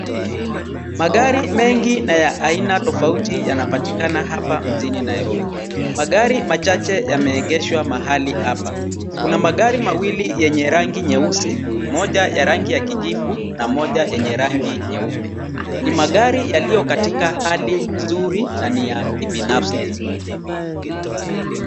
Magari mengi na ya aina tofauti yanapatikana hapa mjini Nairobi. Magari machache yameegeshwa mahali hapa. kuna magari mawili yenye rangi nyeusi, moja ya rangi ya kijivu na moja yenye rangi nyeupe. Ni magari yaliyo katika hali nzuri na ni ya kibinafsi.